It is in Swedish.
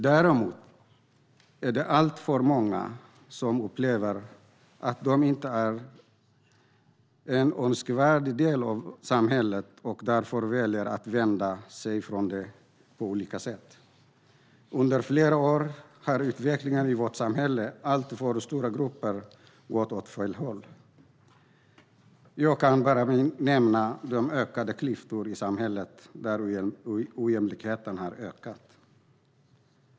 Däremot är det alltför många som upplever att de inte är en önskvärd del av samhället och därför väljer att vända sig från det på olika sätt. Under flera år har utvecklingen i vårt samhälle för alltför många grupper gått åt fel håll. Jag kan bara nämna de ökade klyftor i samhället där ojämlikheten har ökat.